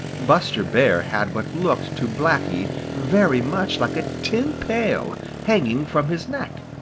buster bear had what looked to blacky very much like a tin pail hanging from his neck!